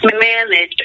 manage